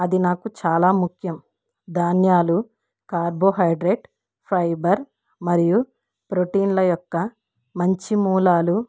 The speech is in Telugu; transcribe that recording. అది నాకు చాలా ముఖ్యం ధాన్యాలు కార్బోహైడ్రేట్ ఫైబర్ మరియు ప్రొటీన్ల యొక్క మంచి మూలాలు